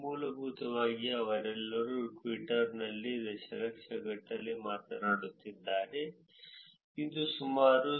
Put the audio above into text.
ಮೂಲಭೂತವಾಗಿ ಅವರೆಲ್ಲರೂ ಟ್ವಿಟರ್ ನಲ್ಲಿ ದಶಲಕ್ಷ ಗಟ್ಟಲೆ ಮಾತನಾಡುತ್ತಿದ್ದಾರೆ ಇದು ಸುಮಾರು 0